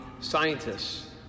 scientists